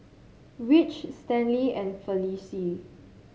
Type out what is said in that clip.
Ridge Stanley and Felicie